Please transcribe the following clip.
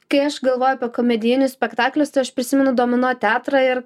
kai aš galvoju apie komedijinius spektaklius tai aš prisimenu domino teatrą ir